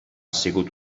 sigut